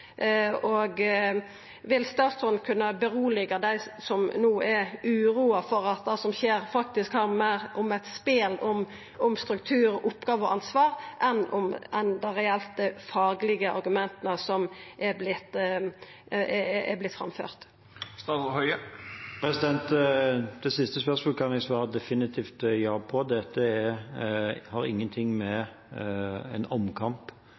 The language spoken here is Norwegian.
Vil statsråden kunna roa dei som no er uroa for at det som skjer, faktisk handlar meir om eit spel om struktur og oppgåveansvar enn dei reelt faglege argumenta som har vorte framførte? Det siste spørsmålet kan jeg svare definitivt ja på. Dette har ingen ting med en omkamp